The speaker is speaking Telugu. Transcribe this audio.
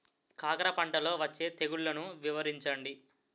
కాకర పంటలో వచ్చే తెగుళ్లను వివరించండి?